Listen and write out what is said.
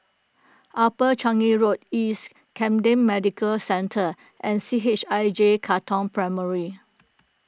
Upper Changi Road East Camden Medical Centre and C H I J Katong Primary